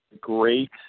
great